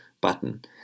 button